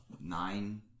nine